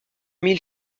mille